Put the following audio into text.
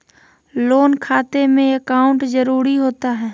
Loan खाते में account जरूरी होता है?